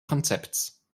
konzepts